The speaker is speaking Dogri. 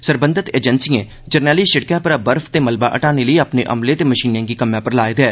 सरबंधत एजेंसिएं जरनैली सिड़कै परा बर्फ ते मलबा हटाने लेई अपने अमले ते मशीनें गी कम्मै पर लाए दा ऐ